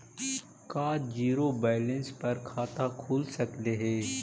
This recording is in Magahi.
का जिरो बैलेंस पर खाता खुल सकले हे?